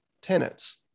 tenants